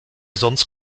sonst